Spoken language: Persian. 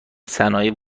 صنایع